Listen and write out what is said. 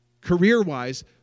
career-wise